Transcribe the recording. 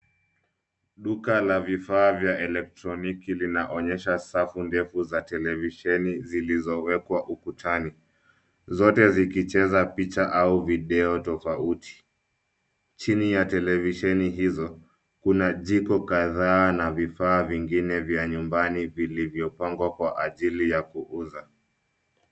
Duka la vifa vya elektroniki vinaonyesha safu ndefu za televisheni zilizowekwa ukutani, zote zikicheza picha au video tofauti. Chini ya televisheni hizo kuna jiko kadhaa na vifaa vingine vya nyumbani vilivyopangwa kwa ajili ya kuuza.